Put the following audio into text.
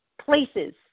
places